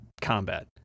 combat